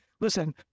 listen